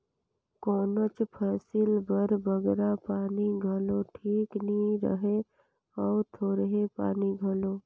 कोनोच फसिल बर बगरा पानी घलो ठीक नी रहें अउ थोरहें पानी घलो